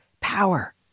power